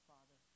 Father